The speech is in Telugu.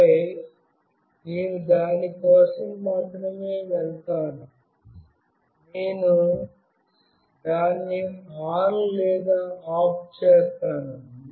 ఆపై నేను దాని కోసం మాత్రమే వెళ్తాను నేను దాన్ని ఆన్ లేదా ఆఫ్ చేస్తాను